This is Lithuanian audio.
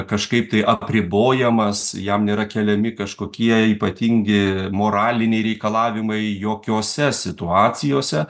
kažkaip tai apribojamas jam nėra keliami kažkokie ypatingi moraliniai reikalavimai jokiose situacijose